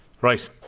Right